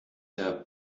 der